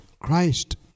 Christ